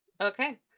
Okay